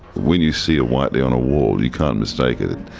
when you see a whiteley on a wall you can't mistake it.